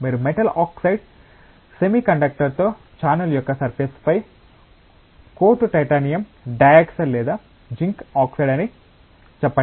మీరు metal oxide సెమీకండక్టర్తో channel యొక్క సర్ఫేస్ పై కోటు టైటానియం డయాక్సైడ్ లేదా జింక్ ఆక్సైడ్ అని చెప్పండి